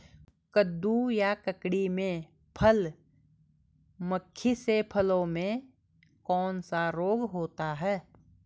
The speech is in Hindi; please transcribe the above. कद्दू या ककड़ी में फल मक्खी से फलों में कौन सा रोग होता है?